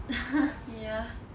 ya